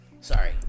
sorry